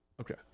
Okay